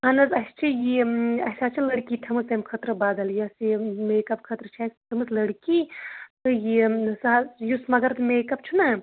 اہن حظ اسہِ چھِ یہِ اسہِ حظ چھِ لڑکی تھٔمٕژ تِمہِ خٲطرٕ بَدل یَس یہِ میک اپ خٲطرٕ چھِ اسہِ تھٔمٕژ لڑکی تہٕ یہِ مِثال یُس مگر میک اپ چھُنَہ